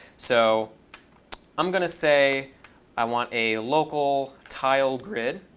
so i'm going to say i want a local tile grid.